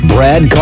Brad